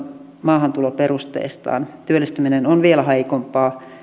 maahantuloperusteistaan työllistyminen on vielä heikompaa